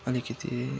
अलिकति